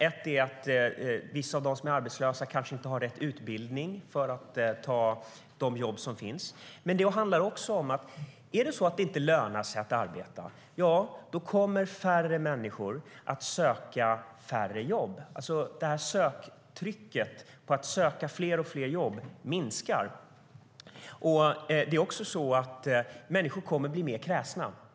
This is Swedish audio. Ett är att vissa arbetslösa kanske inte har rätt utbildning för att ta de jobb som finns. Men om det inte lönar sig att arbeta kommer färre människor att söka jobb, och de kommer att söka färre jobb. Trycket på att söka fler och fler jobb minskar. Människor kommer också att bli mer kräsna.